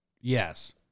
Yes